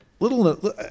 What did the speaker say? little